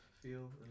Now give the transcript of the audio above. feel